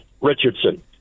Richardson